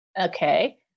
Okay